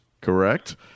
correct